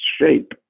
shape